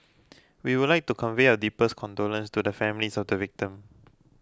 we would like to convey our deepest condolence to the families of the victim